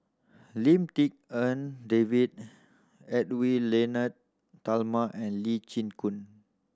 Lim Tik En David Edwy Lyonet Talma and Lee Chin Koon